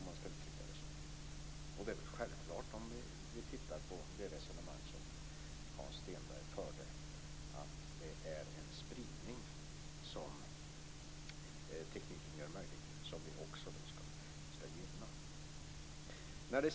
Det är väl självklart om vi tittar på det resonemang som Hans Stenberg förde att tekniken gör en spridning möjlig och att vi också skall gynna den.